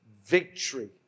victory